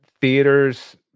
theaters